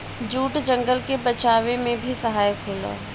jute जंगल के बचावे में भी सहायक होला